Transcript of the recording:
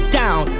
down